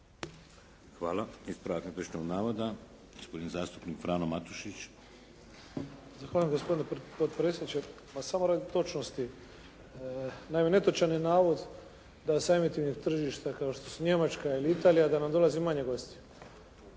Hvala. Ispravak netočnog navoda, gospodin zastupnik Frano Matušić. **Matušić, Frano (HDZ)** Zahvaljujem gospodine potpredsjedniče. Pa samo radi točnosti. Naime netočan je navod da sami uvjeti tržišta kao što su Njemačka ili Italija da nam dolazi manje gostiju.